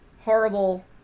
horrible